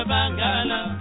Bangala